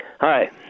Hi